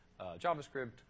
JavaScript